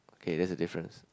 okay that's the difference